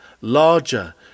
larger